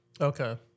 Okay